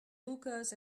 hookahs